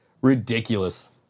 ridiculous